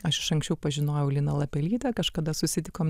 aš iš anksčiau pažinojau liną lapelytę kažkada susitikom